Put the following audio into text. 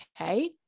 Okay